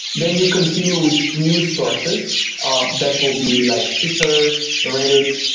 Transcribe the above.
then you continue with new sources ah that will be like twitter, reddit,